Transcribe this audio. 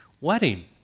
wedding